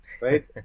Right